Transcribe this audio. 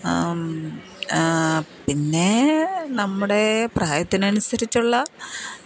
പിന്നെ നമ്മുടെ പ്രായത്തിനനുസരിച്ചുള്ള